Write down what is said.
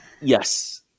yes